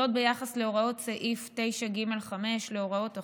זאת ביחס להוראות סעיף 9(ג)(5) להוראות החוק,